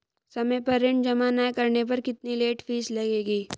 समय पर ऋण जमा न करने पर कितनी लेट फीस लगेगी?